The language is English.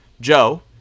Joe